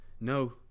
No